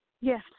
Yes